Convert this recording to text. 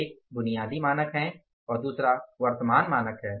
एक बुनियादी मानक हैं और दूसरा वर्तमान मानक हैं